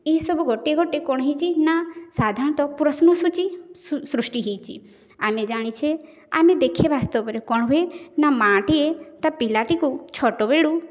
ଏହି ସବୁ ଗୋଟିଏ ଗୋଟିଏ କ'ଣ ହେଇଛି ନା ସାଧାରଣତଃ ପ୍ରଶ୍ନସୂଚୀ ସୃଷ୍ଟି ହେଇଛି ଆମେ ଜାଣିଛେ ଆମେ ଦେଖେ ବାସ୍ତବରେ କ'ଣ ହୁଏ ନା ମାଆଟିଏ ତା ପିଲାଟିକୁ ଛୋଟ ବେଳୁ